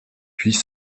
puis